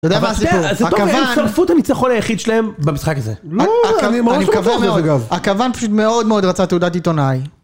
אתה יודע מה הסיפור, הכוון... זה טוב, הם שרפו את הניצחון היחיד שלהם, במשחק הזה. אני מקווה מאוד, הכוון פשוט מאוד מאוד רצה תעודת עיתונאי.